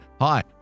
Hi